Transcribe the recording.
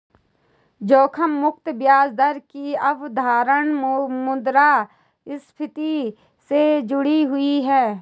जोखिम मुक्त ब्याज दर की अवधारणा मुद्रास्फति से जुड़ी हुई है